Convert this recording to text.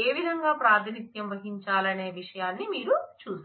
ఏవిధంగా ప్రాతినిధ్యం వహించాలనే విషయాన్ని మీరు చూశారు